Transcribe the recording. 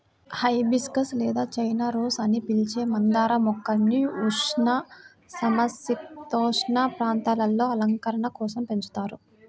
hibiscus లేదా China rose అని పిలిచే మందార మొక్కల్ని ఉష్ణ, సమసీతోష్ణ ప్రాంతాలలో అలంకరణ కోసం పెంచుతారు